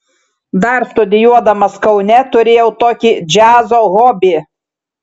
dar studijuodamas kaune turėjau tokį džiazo hobį